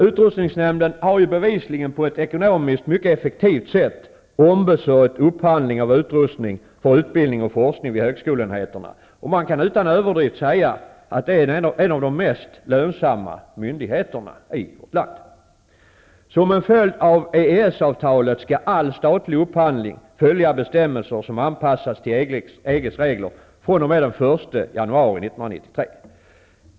Utrustningsnämnden har bevisligen på ett ekonomiskt mycket effektivt sätt ombesörjt upphandling av utrustning för utbildning och forskning vid högskoleenheterna. Man kan utan överdrift säga att det är en av de lönsammaste myndigheterna i vårt land. Som en följd av EES avtalet skall all statlig upphandling följa bestämmelser som anpassats till EG:s regler fr.o.m. den 1 januari 1993.